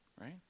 Right